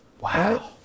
Wow